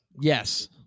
Yes